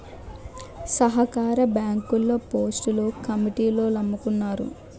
సహకార బ్యాంకుల్లో పోస్టులు కమిటీలోల్లమ్ముకున్నారు